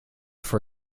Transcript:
for